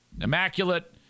immaculate